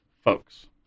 folks